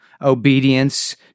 obedience